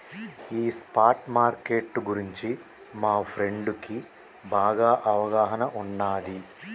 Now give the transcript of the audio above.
ఈ spot market గురించి మా ఫ్రెండుకి బాగా అవగాహన ఉన్నాది